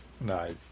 nice